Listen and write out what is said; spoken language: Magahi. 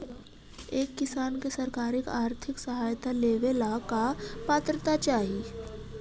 एक किसान के सरकारी आर्थिक सहायता लेवेला का पात्रता चाही?